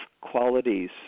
qualities